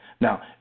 Now